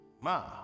Ma